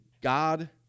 God